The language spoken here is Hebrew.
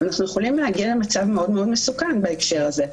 אנחנו יכולים להגיע למצב מאוד מאוד מסוכן בהקשר הזה.